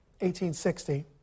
1860